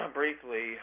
briefly